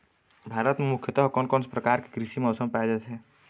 भारत म मुख्यतः कोन कौन प्रकार के कृषि मौसम पाए जाथे?